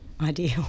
ideal